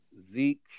Zeke